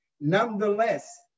Nonetheless